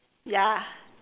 ya